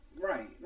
Right